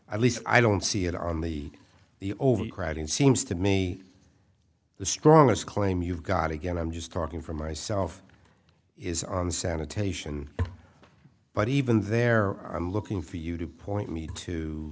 i lease i don't see it on the the overcrowding seems to me the strongest claim you've got again i'm just talking for myself is on sanitation but even there i'm looking for you to point me to